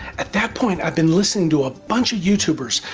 at that point i had been listening to a bunch of youtubers,